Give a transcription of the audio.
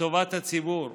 לטובת הציבור.